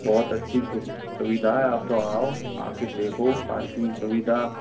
बहुत अच्छी सुविधा है आप तो आओ आके देखो पार्किंग सुविधा